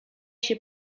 się